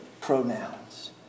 pronouns